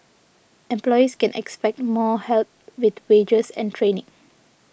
employees can expect more help with wages and training